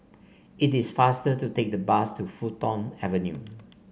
it is faster to take the bus to Fulton Avenue